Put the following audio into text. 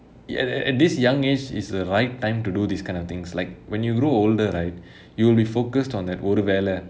at at at this young age is the right time to do these kind of things like when you grow older right you will be focused on that ஒரு வேலை:oru velai